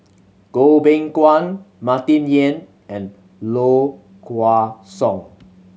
Goh Beng Kwan Martin Yan and Low Kway Song